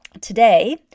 Today